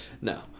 no